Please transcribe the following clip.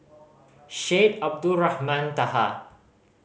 Syed Abdulrahman Taha